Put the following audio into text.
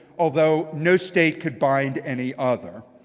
although no state could bind any other.